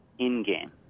in-game